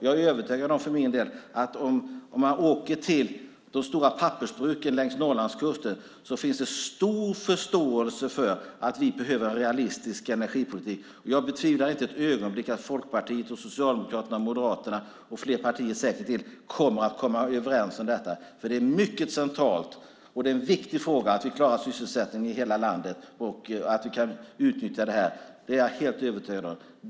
Jag är för min del övertygad om att om man åker till de stora pappersbruken längs Norrlandskusten finns det stor förståelse för att vi behöver en realistisk energipolitik. Jag betvivlar inte ett ögonblick att Folkpartiet, Socialdemokraterna, Moderaterna och säkert fler partier till kommer att komma överens om detta. Det är mycket centralt. Det är en viktig fråga att vi klarar sysselsättningen i hela landet och att vi kan utnyttja detta. Det är jag helt övertygad om.